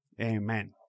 Amen